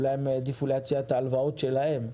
אולי הם העדיפו להציע את ההלוואות שלהם.